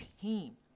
team